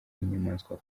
nk’inyamaswa